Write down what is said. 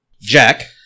Jack